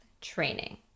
training